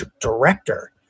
director